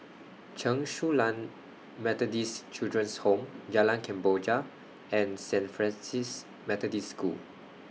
Chen Su Lan Methodist Children's Home Jalan Kemboja and Saint Francis Methodist School